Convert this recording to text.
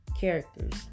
characters